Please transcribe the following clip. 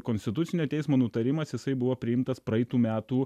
konstitucinio teismo nutarimas jisai buvo priimtas praeitų metų